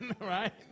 right